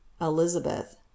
elizabeth